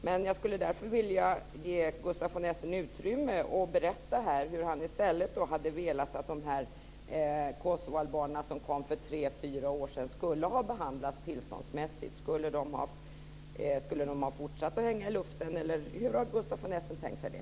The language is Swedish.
Men jag skulle vilja ge honom utrymme att berätta hur han i stället hade velat att de kosovoalbaner som kom för tre fyra år sedan skulle ha behandlats tillståndsmässigt. Skulle de ha fortsatt att hänga i luften, eller hur har Gustaf von Essen tänkt sig det?